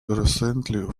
recently